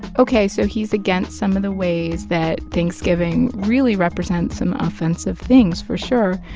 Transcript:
ok, so he's against some of the ways that thanksgiving really represents some offensive things, for sure.